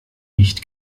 nicht